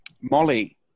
Molly